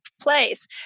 place